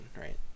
right